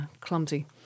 Clumsy